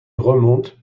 remonte